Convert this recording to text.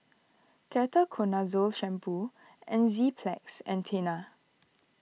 Ketoconazole Shampoo Enzyplex and Tena